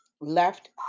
left